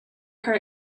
her